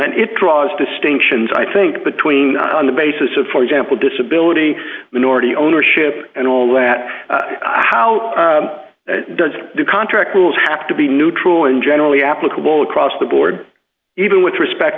and it draws distinctions i think between on the basis of for example disability minority ownership and all that how does the contract rules have to be neutral and generally applicable across the board even with respect